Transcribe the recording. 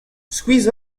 skuizh